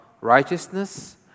righteousness